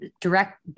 direct